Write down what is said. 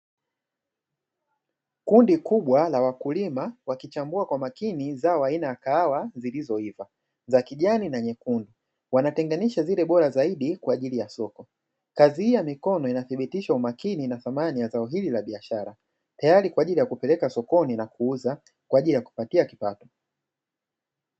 Kundi kubwa la wakulima wakichambua kwa makini zao la biashara aina ya kahawa zilizoiva za kijani na nyekundu, wanatenganisha zile bora zaidi kwa ajili ya soko, kazi hiii ya mikono inathibitisha umakini na thamani ya zao hili la biashara tayaro kwa ajili ya kupeleka sokoni na kuuza kwa ajili ya kujipatia kipato.